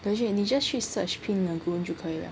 legit 你 just 去 search pink lagoon 就可以了